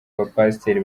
bapasiteri